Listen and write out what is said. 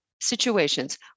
situations